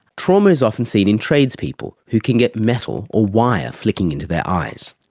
trauma is often seen in tradespeople who can get metal or wire flicking into their eyes.